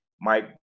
Mike